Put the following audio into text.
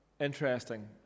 Interesting